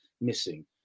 missing